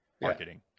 marketing